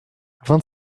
vingt